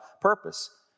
purpose